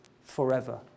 forever